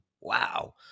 Wow